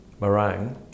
meringue